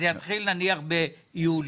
זה יתחיל נניח ביולי.